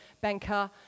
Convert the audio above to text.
banker